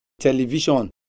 television